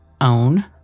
own